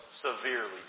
severely